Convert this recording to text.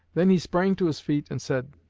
then he sprang to his feet and said,